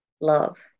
love